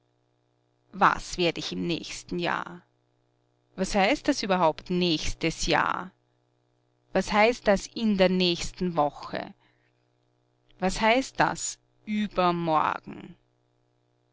was werd ich im nächsten jahr was heißt das überhaupt nächstes jahr was heißt das in der nächsten woche was heißt das übermorgen